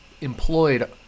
employed